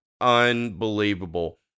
unbelievable